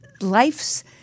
Life's